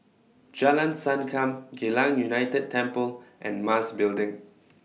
Jalan Sankam Geylang United Temple and Mas Building